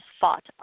fought